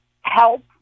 help